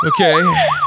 Okay